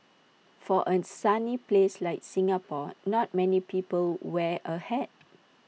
for A sunny place like Singapore not many people wear A hat